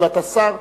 הואיל ואתה שר,